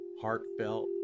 heartfelt